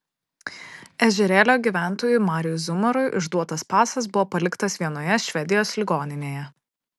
ežerėlio gyventojui mariui zumarui išduotas pasas buvo paliktas vienoje švedijos ligoninėje